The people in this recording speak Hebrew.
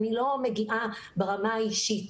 אני לא מגיעה ברמה האישית,